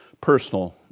personal